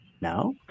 now